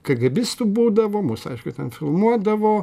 kėgėbistų būdavo mus aišku ten filmuodavo